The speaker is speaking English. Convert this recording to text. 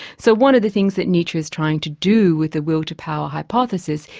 so one of the things that nietzsche is trying to do with the will to power hypothesis,